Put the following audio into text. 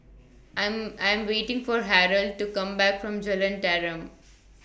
I'm I'm waiting For Harrold to Come Back from Jalan Tarum